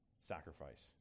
sacrifice